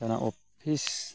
ᱚᱱᱟ ᱚᱯᱷᱤᱥ